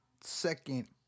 second